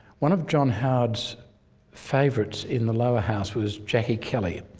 one of john howard's favourites in the lower house was jacquie kelly.